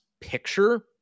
picture